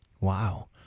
Wow